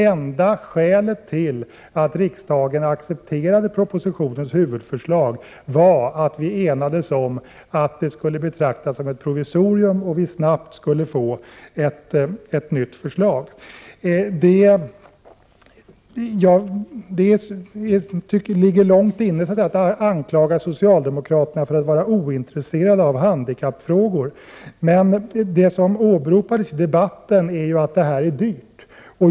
Enda skälet till att riksdagen accepterade huvudförslaget i propositionen var att vi enades om att det skulle betraktas som ett provisorium och att vi snabbt skulle få ett nytt förslag. Det sitter långt inne att anklaga socialdemokraterna för att vara ointresserade av handikappfrågor, men det som åberopades i debatten var att det här är dyrt.